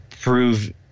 prove